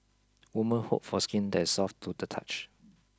women hope for skin that is soft to the touch